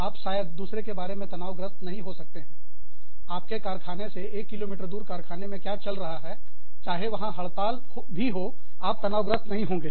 आप शायद दूसरे के बारे में तनावग्रस्त नहीं हो सकते हैं आपके कारखाने से एक किलोमीटर दूर कारखाने में क्या चल रहा है चाहे वहां हड़ताल भी हो आप तनावग्रस्त नहीं होंगे